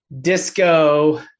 disco